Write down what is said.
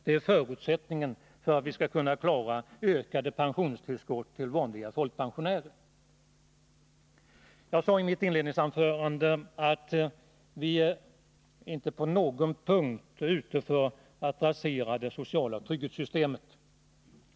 Det är förutsättningen för att vi skall kunna klara ökade pensionstillskott till vanliga folkpensionärer. Jag sade i mitt inledningsanförande att vi inte på någon punkt är ute efter att rasera det sociala trygghetssystemet.